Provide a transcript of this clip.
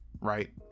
right